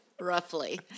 roughly